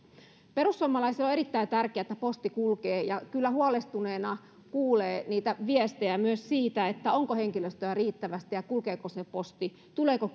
perussuomalaisille on erittäin tärkeää että posti kulkee ja kyllä huolestuneena kuulee viestejä myös siitä onko henkilöstöä riittävästi ja kulkeeko se posti tuleeko